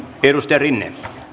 edustaja rinne